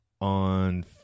On